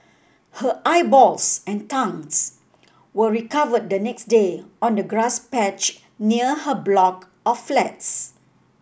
her eyeballs and tongues were recovered the next day on a grass patch near her block of flats